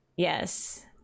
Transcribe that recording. Yes